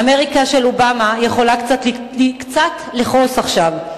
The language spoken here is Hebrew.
אמריקה של אובמה יכולה קצת לכעוס עכשיו,